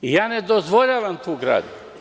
Ja ne dozvoljavam tu gradnju.